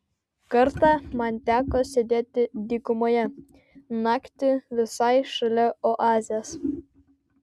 kartą man teko sėdėti dykumoje naktį visai šalia oazės